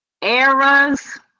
eras